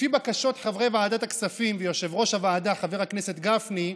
לפי בקשות חברי ועדת הכספים ויושב-ראש הוועדה חבר הכנסת גפני,